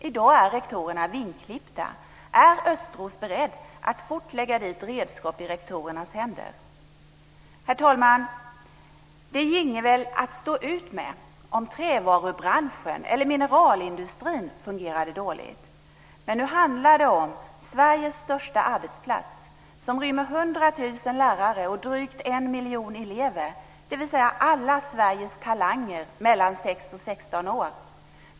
I dag är rektorerna vingklippta. Är Thomas Östros beredd att fort lägga redskap i rektorernas händer? Herr talman! Det ginge väl att stå ut med om trävarubranschen eller mineralindustrin fungerade dåligt, men nu handlar det om Sveriges största arbetsplats som rymmer 100 000 lärare och drygt en miljon elever, dvs. alla Sveriges talanger mellan 6 och 16 år.